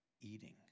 eating